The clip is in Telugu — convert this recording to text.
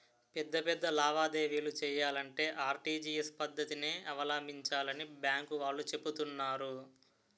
పెద్ద పెద్ద లావాదేవీలు చెయ్యాలంటే ఆర్.టి.జి.ఎస్ పద్దతినే అవలంబించాలని బాంకు వాళ్ళు చెబుతున్నారు